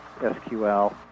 SQL